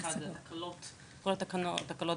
טענה אחת, כל התקלות